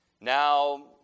now